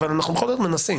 אבל אנחנו בכל זאת מנסים.